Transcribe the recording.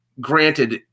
granted